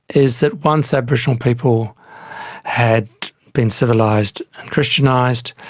is that once aboriginal people had been civilised and christianised,